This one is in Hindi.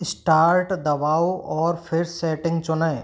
स्टार्ट दबाओ और फिर सेटिंग चुनें